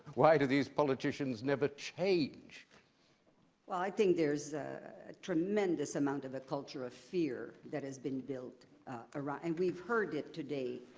why do these politicians never change? louise well i think there's a tremendous amount of a culture of fear that has been built around and we've heard it today,